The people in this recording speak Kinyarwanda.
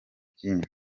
mbyino